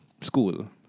school